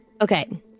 Okay